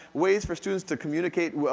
ways for students to communicate,